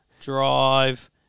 Drive